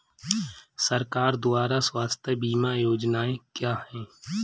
सरकार द्वारा स्वास्थ्य बीमा योजनाएं क्या हैं?